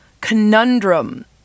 conundrum